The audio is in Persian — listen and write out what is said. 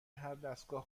هردستگاه